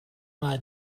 ngai